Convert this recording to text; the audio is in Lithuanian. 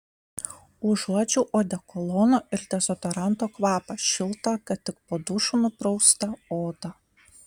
užuodžiau odekolono ir dezodoranto kvapą šiltą ką tik po dušu nupraustą odą